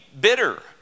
bitter